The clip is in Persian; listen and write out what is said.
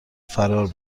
فرار